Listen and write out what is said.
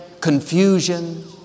confusion